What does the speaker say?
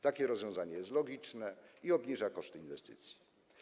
Takie rozwiązanie jest logiczne i obniża koszty inwestycji.